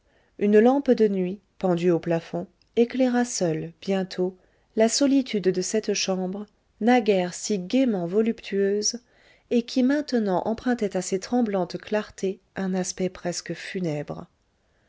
une lampe de nuit pendue au plafond éclaira seule bientôt la solitude de cette chambre naguère si gaiement voluptueuse et qui maintenant empruntait à ces tremblantes clartés un aspect presque funèbre